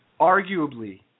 Arguably